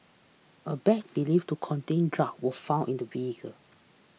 a bag believed to contain drugs was found in the vehicle